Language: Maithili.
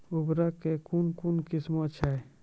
उर्वरक कऽ कून कून किस्म छै?